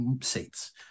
seats